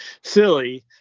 silly